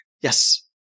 Yes